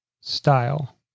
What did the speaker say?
style